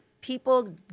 people